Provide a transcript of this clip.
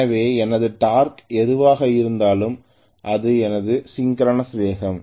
எனவே எனது டார்க் எதுவாக இருந்தாலும் இது எனது சிங்க்கிரனஸ் வேகம்